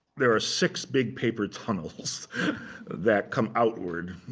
there are six big paper tunnels that come outward